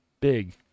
big